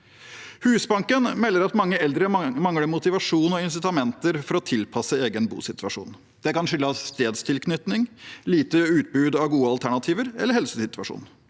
Husbanken melder at mange eldre mangler motivasjon og insitamenter for å tilpasse sin egen bosituasjon. Det kan skyldes dels tilknytning, lite utbud av gode alternativer eller helsesituasjonen,